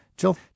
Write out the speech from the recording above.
Jill